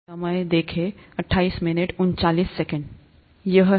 यह यह है